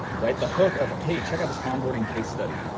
right? the hook of, hey, check out this onboarding case study,